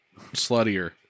sluttier